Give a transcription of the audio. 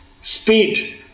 Speed